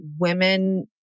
women